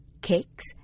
cakes